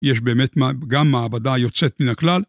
יש באמת גם מעבדה יוצאת מן הכלל.